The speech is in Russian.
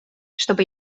чтобы